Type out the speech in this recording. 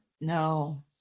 No